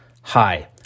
Hi